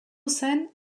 zen